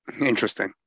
Interesting